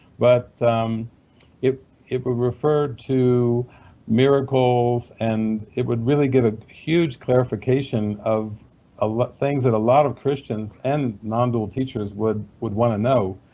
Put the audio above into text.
but it it would refer to miracles and it would really give a huge clarification of ah things that a lot of christians and nondual teachers would would want to know.